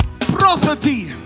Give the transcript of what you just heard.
property